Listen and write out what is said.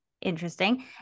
interesting